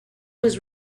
was